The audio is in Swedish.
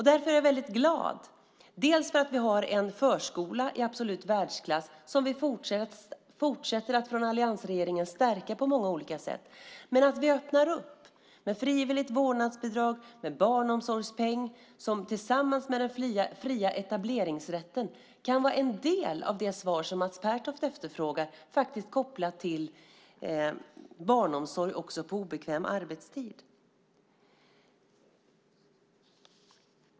Därför är jag glad att vi har en förskola i absolut världsklass, som alliansregeringen fortsätter att stärka på många olika sätt, och att vi öppnar med frivilligt vårdnadsbidrag och barnomsorgspeng som tillsammans med den fria etableringsrätten kan vara en del av det svar som Mats Pertoft efterfrågade när det gällde barnomsorg också på obekväm arbetstid.